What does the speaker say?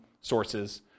sources